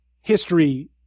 history